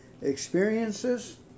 experiences